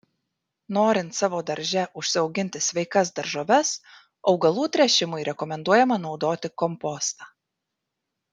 norint savo darže užsiauginti sveikas daržoves augalų tręšimui rekomenduojama naudoti kompostą